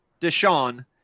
Deshaun